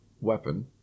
weapon